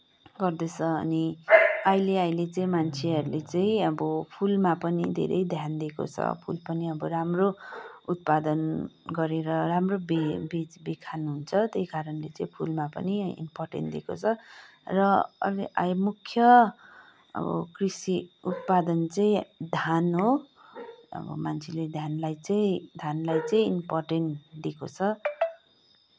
गर्दछ अनि अहिले अहिले चाहिँ मान्छेहरूले चाहिँ अब फुलमा पनि धेरै ध्यान दिएको छ फुलपनि अब राम्रो उत्पादन गरेर राम्रो बेच बिखन हुन्छ त्यही कारणले चाहिँ फुलमा पनि इम्पोर्टेन्स दिएको छ र अहिले मुख्य कृषि उत्पादन चाहिँ धान हो अब मान्छेले धानलाई चाहिँ धानलाई चाहिँ इम्पोर्टेन्स दिएको छ